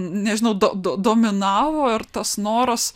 nežinau do dominavo ir tas noras